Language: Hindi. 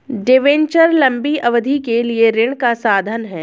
डिबेन्चर लंबी अवधि के लिए ऋण का साधन है